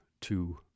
two